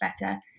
better